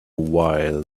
while